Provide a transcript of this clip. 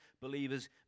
believers